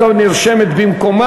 השר עוזי לנדאו נרשמת במקומה.